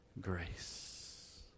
grace